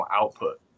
output